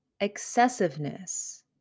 Excessiveness